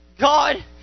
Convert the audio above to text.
God